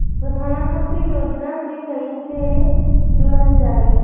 प्रधानमंत्री योजना से कैसे जुड़ल जाइ?